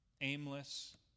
Aimless